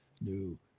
new